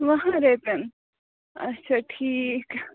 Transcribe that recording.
وُہَن رۄپیَن اَچھا ٹھیٖک